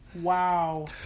wow